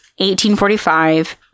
1845